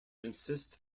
insists